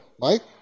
Mike